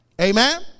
Amen